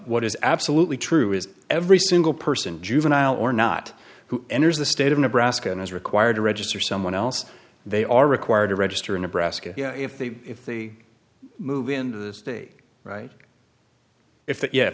what is absolutely true is every single person juvenile or not who enters the state of nebraska is required to register someone else they are required to register in nebraska if they if they move into the state right if